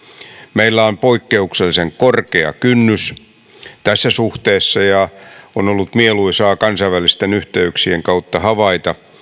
meillä on poikkeuksellisen korkea kynnys tässä suhteessa ja on ollut mieluisaa kansainvälisten yhteyksien kautta havaita